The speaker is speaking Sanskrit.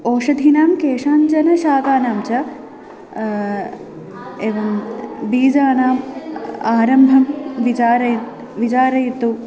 ओषधीनां केषाञ्जन शाकानां च एवं बीजानाम् आरम्भं विचारय विचारयतु